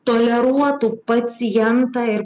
toleruotų pacientą ir